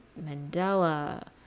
Mandela